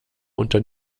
unter